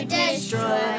destroy